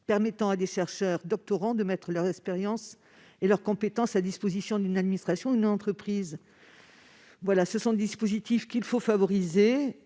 permettant à des chercheurs doctorants de mettre leur expérience et leurs compétences à disposition d'une administration ou d'une entreprise : ce sont eux qu'il faut encourager.